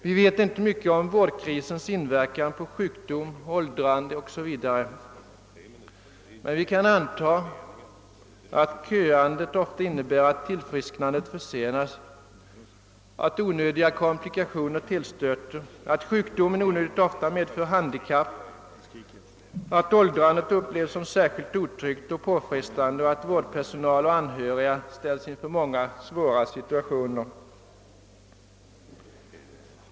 Vi vet inte mycket om vårdkrisens inverkan på sjukdom, åldrande etc., men vi kan anta att köandet ofta innebär att tillfrisknandet försenas, att onödiga komplikationer tillstöter, att sjukdomen onödigt ofta medför handikapp, att åldrandet upplevs som särskilt otryggt och påfrestande samt att vårdpersonal och anhöriga ställs inför många svåra situationer.